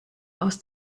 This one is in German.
aus